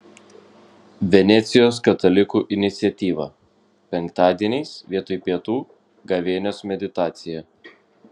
venecijos katalikų iniciatyva penktadieniais vietoj pietų gavėnios meditacija